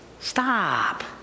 Stop